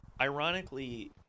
ironically